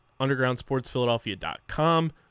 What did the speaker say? undergroundsportsphiladelphia.com